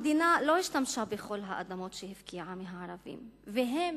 המדינה לא השתמשה בכל האדמות שהפקיעה מהערבים, והן